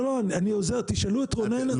לא, אני עוזר, תשאלו את רונן.